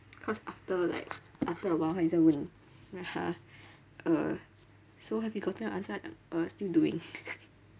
cause after like after a while 他还再问 !huh! uh so have you gotten your answer uh still doing